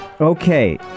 okay